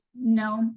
no